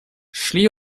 szli